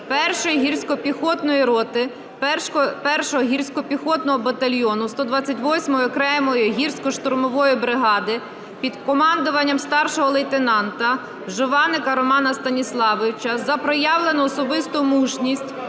1 гірсько-піхотної роти 1 гірсько-піхотного батальйону 128 окремої гірсько-штурмової бригади під командуванням старшого лейтенанта Жованика Романа Станіславовича за проявлену особисту мужність